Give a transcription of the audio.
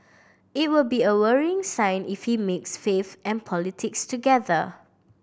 it will be a worrying sign if he mixes faith and politics together